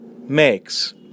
makes